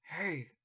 Hey